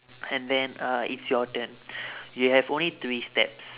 and then uh it's your turn you have only three steps